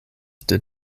did